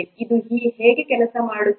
ಇದು ಹೇಗೆ ಕೆಲಸ ಮಾಡುತ್ತದೆ